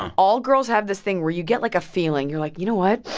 all girls have this thing where you get like a feeling. you're like, you know what?